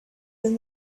than